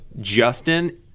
Justin